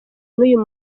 n’uyu